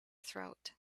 throat